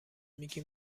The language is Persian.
میگی